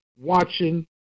watching